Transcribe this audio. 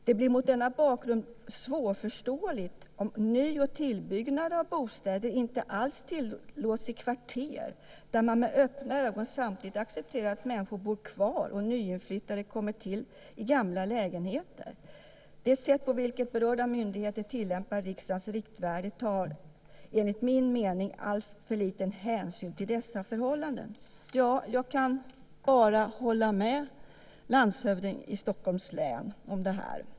Det blir mot denna bakgrund svårförståeligt om ny och tillbyggnad av bostäder inte alls tillåts i kvarter där man med öppna ögon samtidigt accepterar att människor bor kvar och nyinflyttade kommer till i gamla lägenheter. Det sätt på vilket berörda myndigheter tillämpar riksdagens riktvärden tar enligt min mening alltför liten hänsyn till dessa förhållanden. Jag kan bara hålla med landshövdingen i Stockholms län.